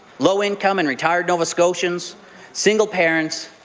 low-income and retired nova scotians single parents,